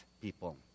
people